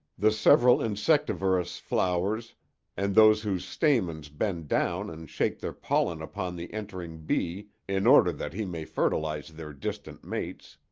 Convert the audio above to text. the several insectivorous flowers and those whose stamens bend down and shake their pollen upon the entering bee in order that he may fertilize their distant mates.